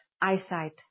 eyesight